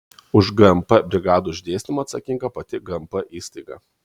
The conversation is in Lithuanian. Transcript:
už gmp brigadų išdėstymą atsakinga pati gmp įstaiga